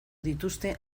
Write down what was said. dituzte